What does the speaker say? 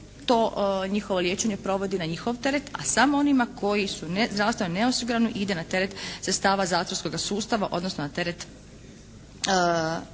to njihovo liječenje provodi na njihov teret a samo onima koji su zdravstveno neosigurani ide na teret sredstava zatvorskoga sustava odnosno na teret